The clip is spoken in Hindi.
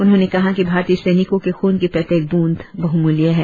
उन्होंने कहा कि भारतीय सैनिको के खून की प्रत्येक बूंद बहुमूल्य है